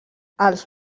els